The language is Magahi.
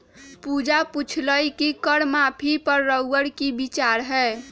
पूजा पुछलई कि कर माफी पर रउअर कि विचार हए